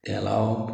तेलावप